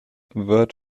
wird